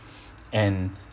and